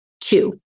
Two